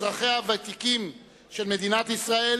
אזרחיה הוותיקים של מדינת ישראל,